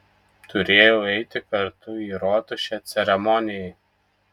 turėjau eiti kartu į rotušę ceremonijai